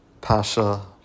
Pasha